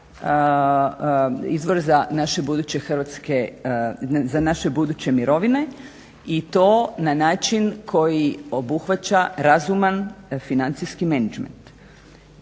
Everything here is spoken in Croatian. izvor za naše buduće mirovine i to na način koji obuhvaća razuman financijski menadžment.